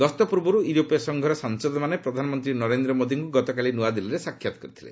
ଗସ୍ତ ପୂର୍ବରୁ ୟୁରୋପୀୟ ସଂଘର ସାଂସଦମାନେ ପ୍ରଧାନମନ୍ତ୍ରୀ ନରେନ୍ଦ୍ର ମୋଦିଙ୍କୁ ଗତକାଲି ନୂଆଦିଲ୍ଲୀରେ ସାକ୍ଷାତ କରିଥିଲେ